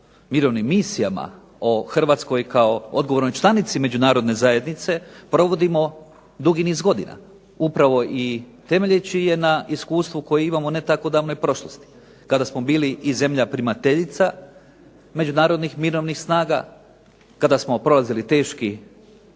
mirovnim misijama, o Hrvatskoj kao odgovornoj članici Međunarodne zajednice provodimo dugi niz godina. Upravo i temeljeći je na iskustvo koje imamo u ne tako davnoj prošlosti. Kada smo bili i zemlja primateljica Međunarodnih mirovnih snaga, kada smo prolazili teški